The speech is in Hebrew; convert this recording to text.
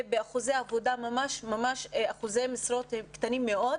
ובאחוזי משרות ממש קטנים מאוד,